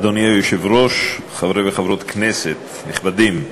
אדוני היושב-ראש, חברי וחברות כנסת נכבדים,